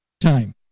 time